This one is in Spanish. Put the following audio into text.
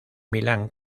milán